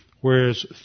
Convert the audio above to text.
whereas